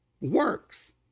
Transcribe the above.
works